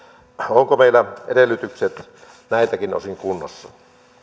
ovatko meillä edellytykset näiltäkin osin kunnossa